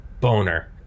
boner